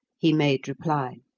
he made reply.